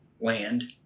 land